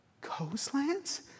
coastlands